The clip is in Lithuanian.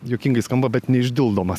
juokingai skamba bet neišdildomas